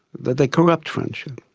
that they corrupt friendship,